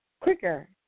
quicker